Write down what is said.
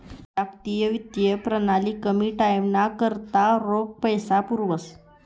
जागतिक वित्तीय प्रणाली कमी टाईमना करता रोख पैसा पुरावस